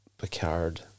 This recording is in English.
Picard